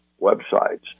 websites